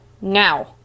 Now